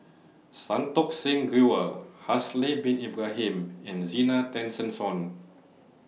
Santokh Singh Grewal Haslir Bin Ibrahim and Zena Tessensohn